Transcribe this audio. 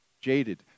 jaded